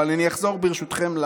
אבל, ברשותכם,